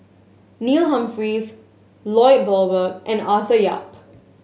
Neil Humphreys Lloyd Valberg and Arthur Yap